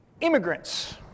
Immigrants